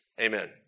amen